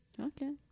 okay